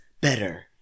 better